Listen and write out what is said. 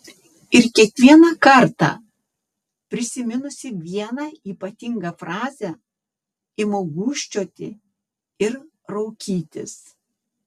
ir kiekvieną kartą prisiminusi vieną ypatingą frazę imu gūžčioti ir raukytis